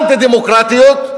אנטי-דמוקרטיות,